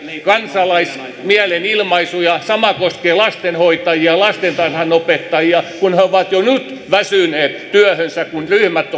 kansalaismielenilmaisuja sama koskee lastenhoitajia lastentarhanopettajia kun he ovat jo nyt väsyneet työhönsä kun ryhmät